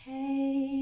Hey